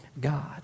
God